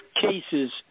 cases